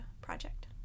project